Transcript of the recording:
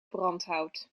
brandhout